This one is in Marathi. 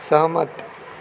सहमत